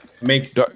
makes